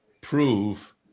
prove